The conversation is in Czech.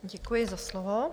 Děkuji za slovo.